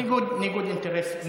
ניגוד אינטרסים.